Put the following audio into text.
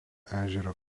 ežero